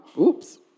oops